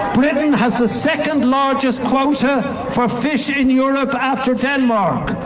britain has the second largest quota for fish in europe after denmark.